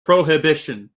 prohibition